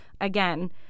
Again